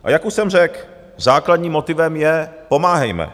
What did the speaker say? A jak už jsem řekl, základním motivem je pomáhejme.